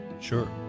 Sure